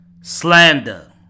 slander